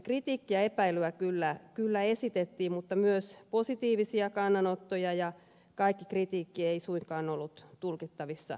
kritiikkiä ja epäilyä kyllä esitettiin mutta myös positiivisia kannanottoja ja kaikki kritiikki ei suinkaan ollut tulkittavissa vastustukseksi